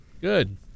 Good